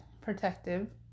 protective